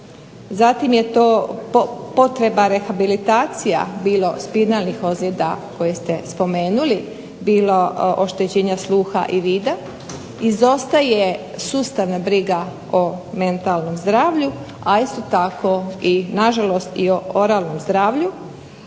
Zatim je to potreba rehabilitacija bilo spinalnih ozljeda koje ste spomenuli, bilo oštećenja sluha i vida. Izostaje sustavna briga o mentalnom zdravlju a isto tako i na žalost i o oralnom zdravlju.